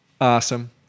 Awesome